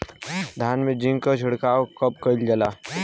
धान में जिंक क छिड़काव कब कइल जाला?